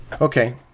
Okay